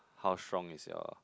how strong is your